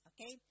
Okay